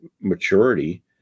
maturity